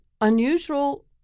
unusual